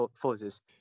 forces